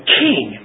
king